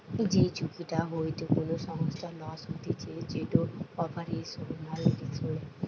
যেই ঝুঁকিটা হইতে কোনো সংস্থার লস হতিছে যেটো অপারেশনাল রিস্ক বলে